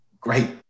great